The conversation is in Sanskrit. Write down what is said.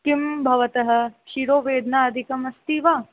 किं भवतः शिरोवेदना अधिकम् अस्ति वा